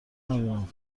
ندارم